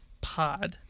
Pod